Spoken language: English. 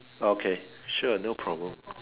okay sure no problem